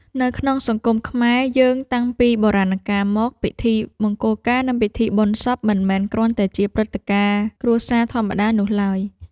នៅក្នុងសង្គមខ្មែរយើងតាំងពីបុរាណកាលមក ពិធីមង្គលការនិងពិធីបុណ្យសពមិនមែនគ្រាន់តែជាព្រឹត្តិការណ៍គ្រួសារធម្មតានោះឡើយ។